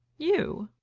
you?